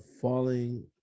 falling